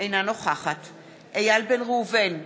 אינה נוכחת איל בן ראובן,